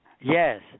Yes